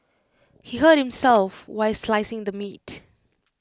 he hurt himself while slicing the meat